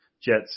Jets